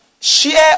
Share